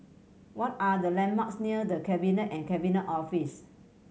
what are the landmarks near The Cabinet and Cabinet Office